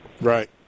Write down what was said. Right